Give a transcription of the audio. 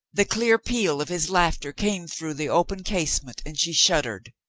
the clear peal of his laughter came through the open casement and she shuddered.